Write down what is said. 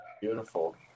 beautiful